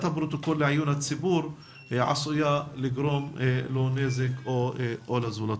הפרוטוקול לעיון הציבור עשויה לגרום לו נזק או לזולתו.